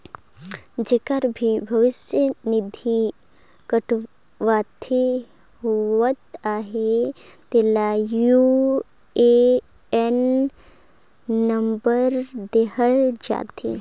जेकर भी भविस निधि कटउती होवत अहे तेला यू.ए.एन नंबर देहल जाथे